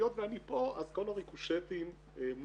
היות ואני פה, אז כל הריקושטים מופנים